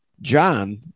John